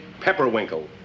Pepperwinkle